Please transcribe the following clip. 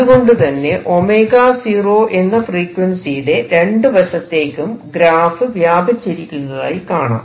അതുകൊണ്ടുതന്നെ 𝞈0 എന്ന ഫ്രീക്വൻസിയുടെ രണ്ടുവശത്തേക്കും ഗ്രാഫ് വ്യാപിച്ചിരിക്കുന്നതായി കാണാം